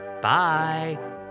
Bye